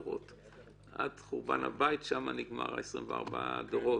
עד חורבן הבית שם נגמרו 24 הדורות.